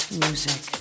music